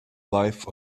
life